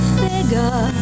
figure